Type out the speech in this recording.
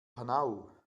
panau